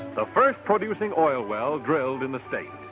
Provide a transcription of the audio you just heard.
the first producing oil well drilled in the state.